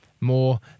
more